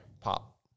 Pop